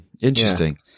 interesting